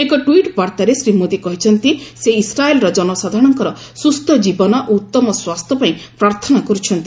ଏକ ଟ୍ୱିଟ୍ବାର୍ତ୍ତାରେ ଶ୍ରୀ ମୋଦି କହିଛନ୍ତି ସେ ଇସ୍ରାଏଲ୍ର ଜନସାଧାରଣଙ୍କର ସୁସ୍ଥ ଜୀବନ ଓ ଉତ୍ତମ ସ୍ୱାସ୍ଥ୍ୟ ପାଇଁ ପ୍ରାର୍ଥନା କରୁଛନ୍ତି